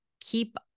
Keep